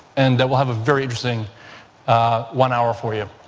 and then we'll have a very interesting one hour for you.